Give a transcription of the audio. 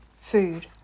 food